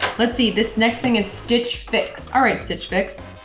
let's see this next thing is stitch fix alright stitch fix.